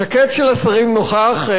הז'קט של השרים נוכח.